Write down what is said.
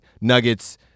Nuggets